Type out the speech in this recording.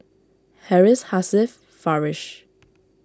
Harris Hasif Farish